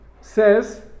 says